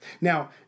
Now